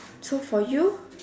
so for you